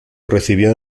recibió